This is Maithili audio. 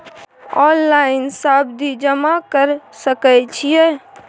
ऑनलाइन सावधि जमा कर सके छिये?